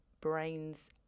brains